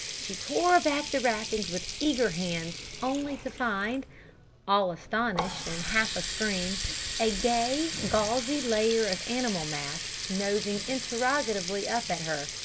she tore back the wrappings with eager hands only to find all-astonished, and half a-scream a gay, gauzy layer of animal masks nosing interrogatively up at her.